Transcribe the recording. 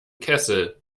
kessel